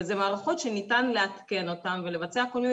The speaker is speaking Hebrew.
וזה מערכות שניתן לעדכן אותן ולבצע כל מיני